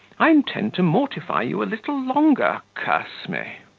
i intend to mortify you a little longer, curse me!